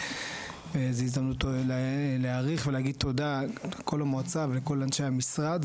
וזו הזדמנות להעריך ולהגיד תודה לכל המועצה ולכל אנשי המשרד.